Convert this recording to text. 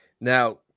Now